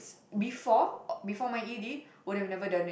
before uh before my E_D would have never done it